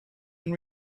and